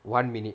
one minute